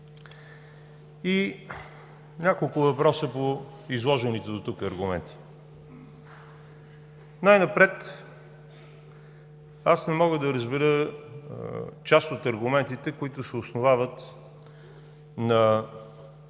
И няколко въпроса по изложените дотук аргументи. Най-напред не мога да разбера част от аргументите, които се основават на